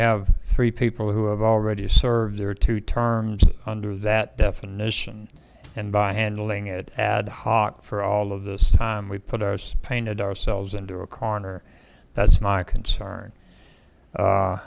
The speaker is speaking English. have three people who have already served their two terms under that definition and by handling it ad hoc for all of this time we put our painted ourselves into a corner that's my concern